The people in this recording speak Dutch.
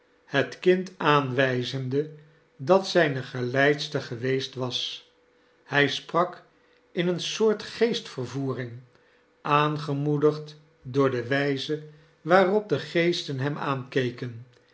het kind aanwijzende dat zijne geleidster geweest was hij sprak in eene soort geestvervoering aangemoedigd door de wijze waarop de geesten hem aankeken